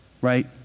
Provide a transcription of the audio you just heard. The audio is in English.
right